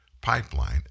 pipeline